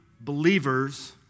believers